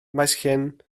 maesllyn